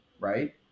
right